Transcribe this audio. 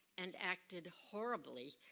and acted horribly.